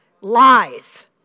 Lies